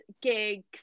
gigs